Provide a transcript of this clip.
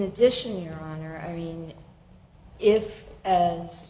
addition your honor i mean if as